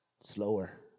Slower